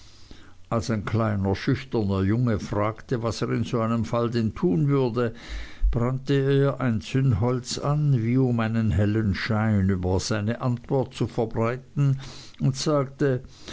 als ein kleiner schüchterner junge fragte was er in so einem fall denn tun würde brannte er ein zündholz an wie um einen hellen schein über seine antwort zu verbreiten und sagte